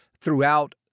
throughout